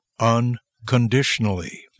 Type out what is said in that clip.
unconditionally